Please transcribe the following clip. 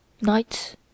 Night